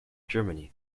germany